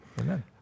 Amen